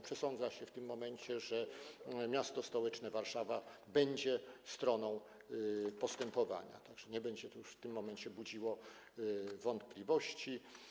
Przesądza się w tym momencie, że m.st. Warszawa będzie stroną postępowania, tak że nie będzie to już w tym momencie budziło wątpliwości.